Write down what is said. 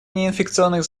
неинфекционных